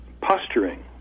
posturing